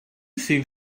think